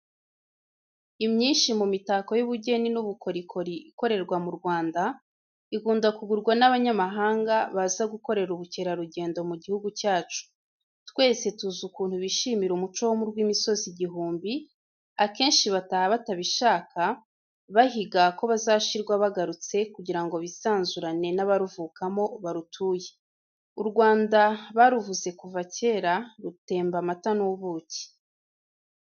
Imyinshi mu mitako y' ubugeni n'ubukorikori ikorerwa mu Rwanda ikunda kugurwa n'abanyamahanga baza gukorera ubukerarugendo mu gihugu cyacu. Twese tuzi ukuntu bishimira umuco wo mu rw'imisozi igihumbi, akenshi bataha batabishaka, bahiga ko bazashirwa byagarutse kugira ngo bisanzurane n'abaruvukamo, barutuye. U Rwanda bavuze kuva kera rutemba amata n'ubuki.